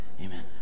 Amen